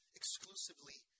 exclusively